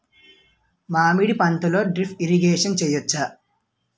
మామిడి పంటలో drip irrigation చేయచ్చా?